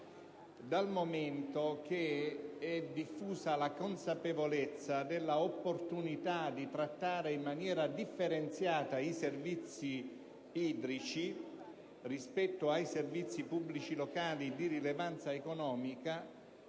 Dal momento che è diffusa la consapevolezza della opportunità di trattare in maniera differenziata i servizi idrici rispetto ai servizi pubblici locali di rilevanza economica,